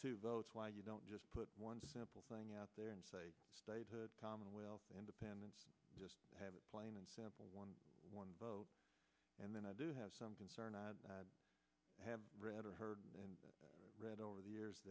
two votes why you don't just put one simple thing out there statehood commonwealth independence just plain and simple one one vote and then i do have some concern i have read or heard or read over the years